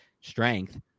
strength